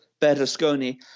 Berlusconi